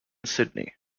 sydney